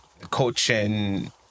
coaching